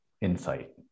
insight